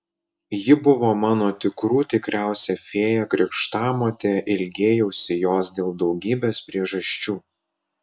ji buvo mano tikrų tikriausia fėja krikštamotė ilgėjausi jos dėl daugybės priežasčių